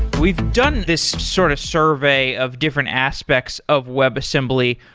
we've done this sort of survey of different aspects of webassembly.